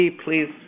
please